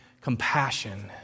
compassion